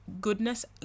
Goodness